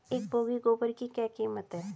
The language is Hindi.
एक बोगी गोबर की क्या कीमत है?